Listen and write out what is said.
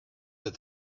that